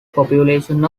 population